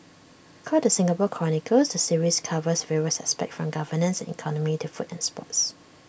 called the Singapore chronicles the series covers various aspects from governance and economy to food and sports